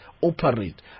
operate